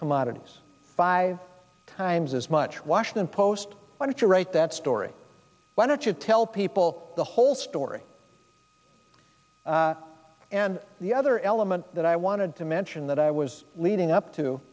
commodities five times as much washington post wanted to write that story why don't you tell people the whole story and the other element that i wanted to mention that i was leading up to